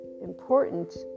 important